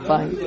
Fine